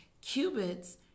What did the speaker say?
Cubits